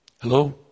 Hello